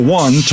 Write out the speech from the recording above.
one